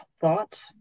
thought